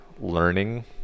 learning